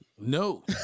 No